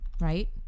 Right